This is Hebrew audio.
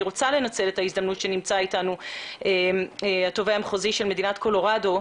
אני רוצה לנצל את ההזדמנות שנמצא אתנו התובע המחוזי של מדינת קולורדו,